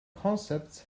concepts